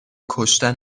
کشتن